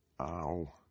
Ow